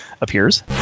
appears